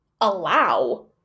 Allow